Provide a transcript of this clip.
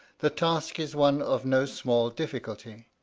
the task is one of no small difficulty.